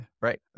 Right